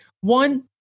one